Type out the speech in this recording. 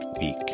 week